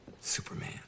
Superman